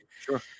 Sure